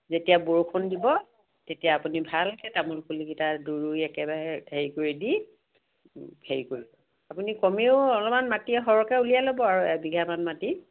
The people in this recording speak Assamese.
যেতিয়া বৰষুণ দিব তেতিয়া আপুনি ভালকৈ তামোল পুলিকেইটা ৰুই একেবাৰে হেৰি কৰি দি হেৰি কৰিব আপুনি কমেও অলপমান মাটি সৰহকৈ উলিয়াই ল'ব আৰু এবিঘামান মাটি